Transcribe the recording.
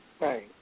Right